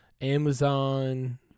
Amazon